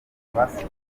abasigaye